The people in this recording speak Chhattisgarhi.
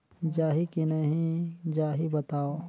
जाही की नइ जाही बताव?